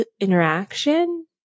interaction